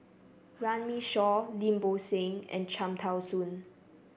Runme Shaw Lim Bo Seng and Cham Tao Soon